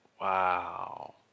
Wow